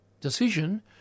decision